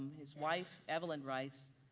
his wife evelyn rice,